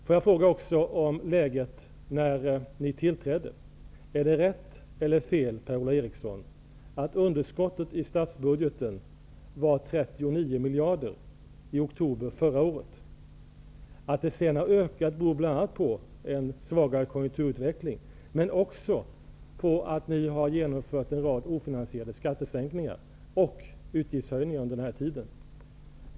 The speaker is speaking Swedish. Får jag också ställa en fråga om läget när ni tillträdde: Är det rätt eller fel, Per-Ola Eriksson, att underskottet i statsbudgeten var 39 miljarder i oktober förra året? Att det ökat sedan dess beror bl.a. på en svagare konjunkturutveckling men också på att ni under den här tiden har genomfört en rad ofinansierade skattesänkningar och utgiftshöjningar.